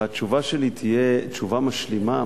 התשובה שלי תהיה תשובה משלימה,